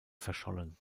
verschollen